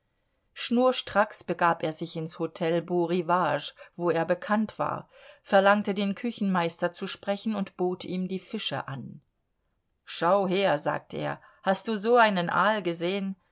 schnurstracks begab er sich ins hotel beau rivage wo er bekannt war verlangte den küchenmeister zu sprechen und bot ihm die fische an schau her sagte er hast du so einen aal gesehen